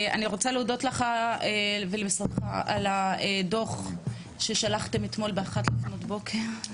אני רוצה להודות לך ולמשרדך על הדו"ח ששלחתם אתמול ב-1:00 לפנות בוקר,